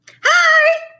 Hi